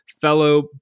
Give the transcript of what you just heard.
fellow